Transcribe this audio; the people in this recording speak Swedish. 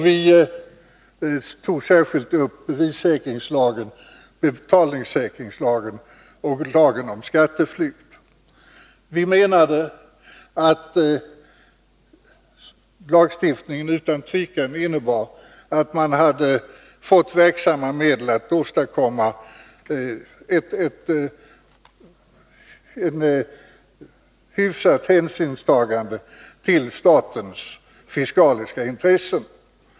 Vi tog särskilt upp bevissäkringslagen, betalningssäkringslagen och lagen om skatteflykt. Vi menade att lagstiftningen utan tvivel innebar att man hade fått verksamma medel att åstadkomma ett hyfsat hänsynstagande till statens fiskaliska intressen.